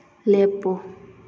ꯂꯦꯞꯄꯨ